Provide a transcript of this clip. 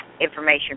information